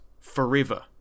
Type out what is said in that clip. forever